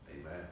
Amen